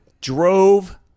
drove